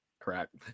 Correct